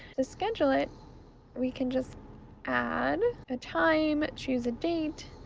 to schedule it we can just add a time, choose a date,